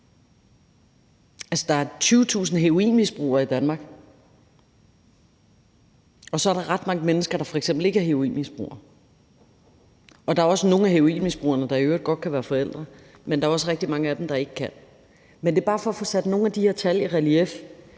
Der er 20.000 heroinmisbrugere i Danmark, og så er der ret mange mennesker, der f.eks. ikke er heroinmisbrugere. Der er i øvrigt også nogle af heroinmisbrugerne, der godt kan være forældre, men der er også rigtig mange af dem, der ikke kan. Det er bare for at få sat nogle af de her tal i relief.